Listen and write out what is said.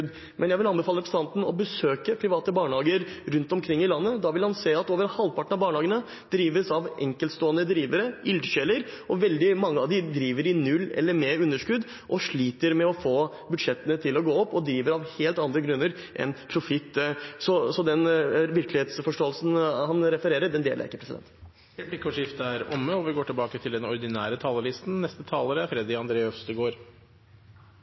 Men jeg vil anbefale representanten å besøke private barnehager rundt omkring i landet. Da vil han se at over halvparten av barnehagene drives av enkeltstående drivere, ildsjeler. Veldig av mange av dem driver i null eller med underskudd og sliter med å få budsjettene til å gå opp, og driver av helt andre grunner enn profitt. Så den virkelighetsforståelsen representanten refererer, deler jeg ikke. Replikkordskiftet er omme.